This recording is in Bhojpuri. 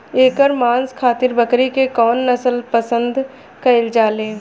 एकर मांस खातिर बकरी के कौन नस्ल पसंद कईल जाले?